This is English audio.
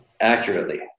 accurately